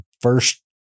first